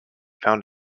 found